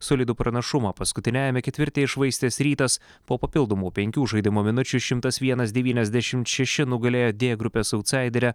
solidų pranašumą paskutiniajame ketvirtyje iššvaistęs rytas po papildomų penkių žaidimo minučių šimtas vienas devyniasdešimt šeši nugalėjo dė grupės autsaiderę